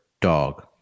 dog